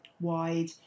wide